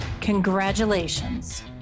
Congratulations